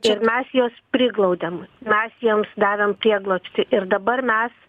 ir mes juos priglaudėm mes jiems davėm prieglobstį ir dabar mes